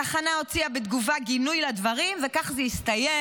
התחנה הוציאה בתגובה גינוי לדברים, וכך זה הסתיים.